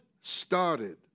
started